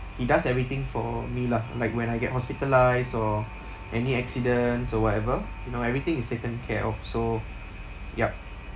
he does everything for me lah like when I get hospitalised or any accidents or whatever you know everything is taken care of so yup